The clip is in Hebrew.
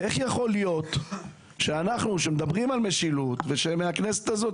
איך יכול להיות שאנחנו שמדברים על משילות ומהכנסת הזאת